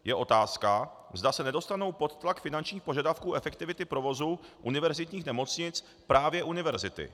Je otázka, zda se nedostanou pod tlak finančních požadavků efektivity provozu univerzitních nemocnic právě univerzity.